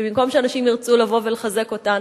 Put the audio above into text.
ובמקום שאנשים ירצו לבוא ולחזק אותן